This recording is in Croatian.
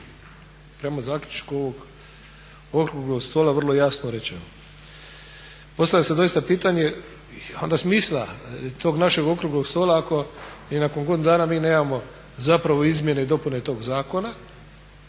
prema zaključku okruglog stola vrlo jasno rečeno. Postavlja se doista pitanje onda smisla tog našeg okruglog stola ako i nakon godinu dana mi nemao zapravo izmjene i dopune toga zakona